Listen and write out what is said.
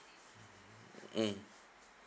mm